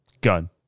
Gun